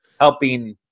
helping